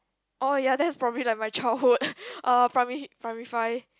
oh ya that's probably like my childhood uh primary primary five